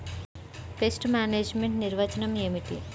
Pest management నిర్వచనం ఏమిటి?